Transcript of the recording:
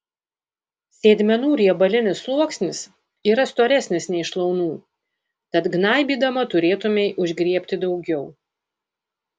sėdmenų riebalinis sluoksnis yra storesnis nei šlaunų tad gnaibydama turėtumei užgriebti daugiau